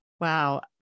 Wow